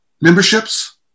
memberships